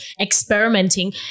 experimenting